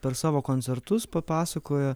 per savo koncertus papasakoja